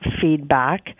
feedback